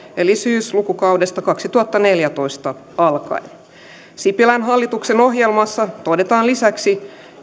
eli syyslukukaudesta kaksituhattaneljätoista alkaen sipilän hallituksen ohjelmassa todetaan lisäksi